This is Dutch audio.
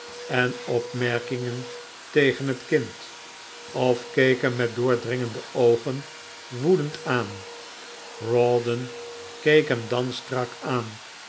en opmerkingen tegen het kind of keek hem met doordringende oogen woedend aan rawdon keek hem dan strak aan